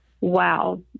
wow